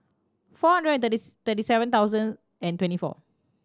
four hundred and thirty seven thousand and twenty four